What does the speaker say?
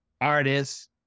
artists